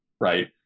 right